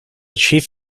chief